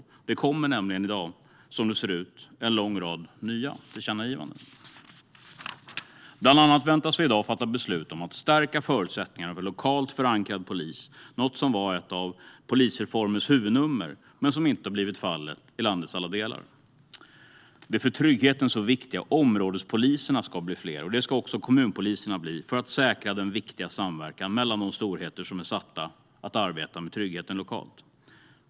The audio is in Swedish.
Som det ser ut kommer det nämligen i dag en lång rad nya tillkännagivanden. Bland annat väntas vi i dag fatta beslut om att stärka förutsättningarna för en lokalt förankrad polis. Det var något av polisreformens huvudnummer, men det har inte blivit verklighet i landets alla delar. De för tryggheten så viktiga områdespoliserna och även kommunpoliserna ska bli fler för att säkra den viktiga samverkan mellan de storheter som är satta att arbeta med tryggheten lokalt.